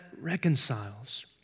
reconciles